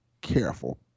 careful